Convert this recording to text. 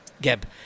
Geb